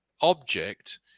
object